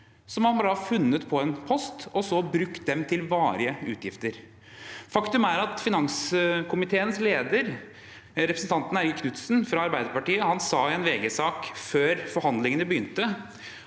kr? Man har funnet dem på en post og så brukt dem til varige utgifter. Faktum er at finanskomiteens leder, representanten Eigil Knutsen fra Arbeiderpartiet, sa i en VG-sak før forhandlingene begynte,